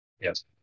Yes